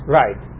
right